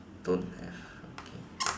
don't have